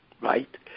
Right